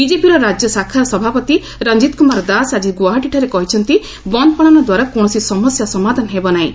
ବିଜେପିର ରାଜ୍ୟ ଶାଖାର ସଭାପତି ରଞ୍ଜିତ କୁମାର ଦାସ ଆଜି ଗୌହାଟୀଠାରେ କହିଛନ୍ତି ବନ୍ଦ ପାଳନ ଦ୍ୱାରା କୌଣସି ସମସ୍ୟା ସମାଧାନ ହେବନାହିଁ